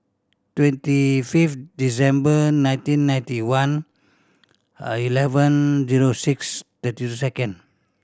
twenty fifth December nineteen ninety one eleven zero six thirty two second